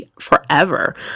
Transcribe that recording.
forever